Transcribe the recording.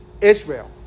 Israel